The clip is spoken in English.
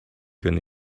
can